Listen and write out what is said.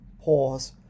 pause